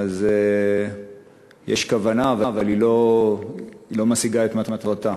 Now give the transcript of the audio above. אז יש כוונה אבל היא לא משיגה את מטרתה.